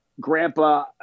Grandpa